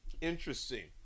Interesting